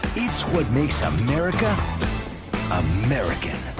it's what makes america american.